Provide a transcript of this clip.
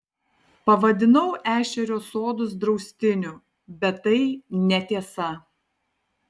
pavadinau ešerio sodus draustiniu bet tai netiesa